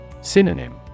Synonym